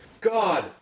God